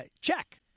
Check